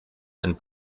and